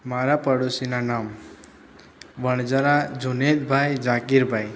મારા પડોશીના નામ વણજારા જુનેદભાઈ જાકીરભાઈ